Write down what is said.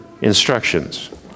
instructions